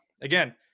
again